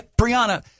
Brianna